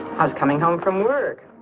i was coming home from work.